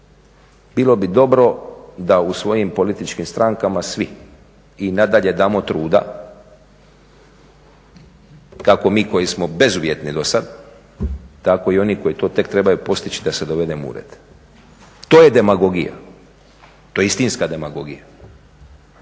Bilo bi dobro da u svojim političkim strankama svi i nadalje damo truda kako mi koji smo bezuvjetni do sad tako i oni koji to tek trebaju postići da se dovedemo u red. To je demagogija, to je istinska demagogija